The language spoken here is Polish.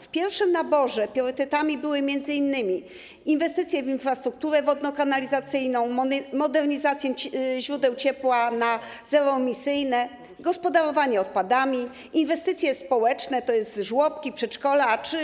W pierwszym naborze priorytetami były m.in. inwestycje w infrastrukturę wodno-kanalizacyjną, modernizację źródeł ciepła na zeroemisyjne, gospodarowanie odpadami, inwestycje społeczne, tj. żłobki, przedszkola czy